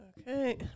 Okay